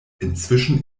inzwischen